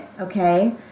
okay